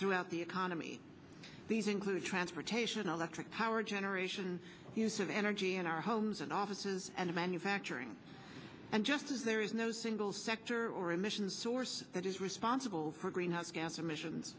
throughout the economy these include transportation electric power generation use of energy in our homes and offices and manufacturing and just as there is no single sector or emissions source that is responsible for greenhouse gas emissions